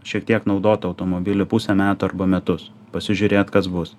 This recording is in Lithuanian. šiek tiek naudotą automobilį pusę metų arba metus pasižiūrėt kas bus